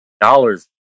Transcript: dollars